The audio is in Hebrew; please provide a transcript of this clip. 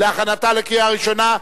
להכנתה לקריאה ראשונה?